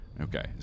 okay